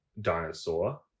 dinosaur